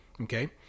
Okay